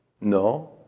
No